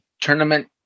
Tournament